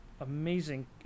amazing